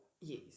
Yes